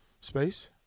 space